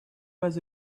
was